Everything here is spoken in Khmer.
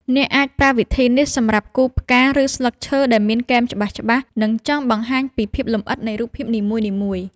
អ្នកអាចប្រើវិធីនេះសម្រាប់គូរផ្កា ឬ ស្លឹកឈើដែលមានគែមច្បាស់ៗ និង ចង់បង្ហាញពីភាពលម្អិតនៃរូបភាពនីមួយៗ។